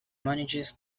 manages